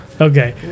Okay